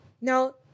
no